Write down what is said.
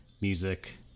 music